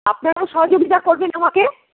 আপনারাও সহযোগিতা করবেন আমাকে